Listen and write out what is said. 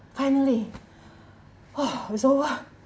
finally !wow! it's over